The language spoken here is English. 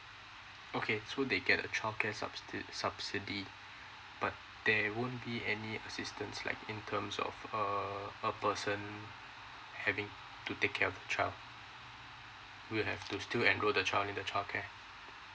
okay so they get a childcare subsi~ subsidy but there won't be any assistance like in terms of uh a person um having to take care of child you have to still and go the child on the childcare